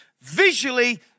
visually